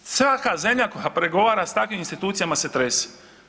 Svaka zemlja koja pregovara s takvim institucijama se trese.